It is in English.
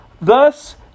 Thus